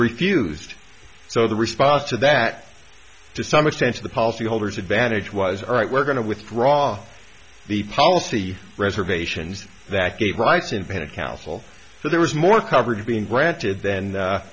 refused so the response to that to some extent to the policy holders advantage was all right we're going to withdraw the policy reservations that gave rights in panic council so there was more coverage being granted then